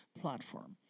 platform